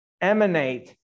emanate